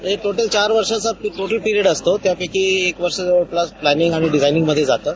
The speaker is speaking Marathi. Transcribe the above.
हा टोटल चार वर्षाचा पिरिएड असतो त्यापैकी एक वर्ष जवळपास प्लॅनिंग आणि डिजाईनमध्ये जातं